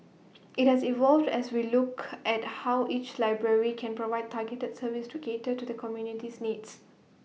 IT has evolved as we look at how each library can provide targeted services to cater to the community's needs